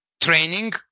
Training